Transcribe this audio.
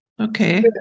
okay